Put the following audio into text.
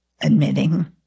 admitting